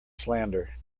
slander